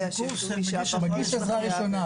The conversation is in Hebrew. --- מגיש עזרה ראשונה.